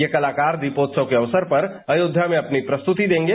ये कलाकार दीपोत्सव के अवसर पर अयोध्या में अपनी प्रस्तुति देंगे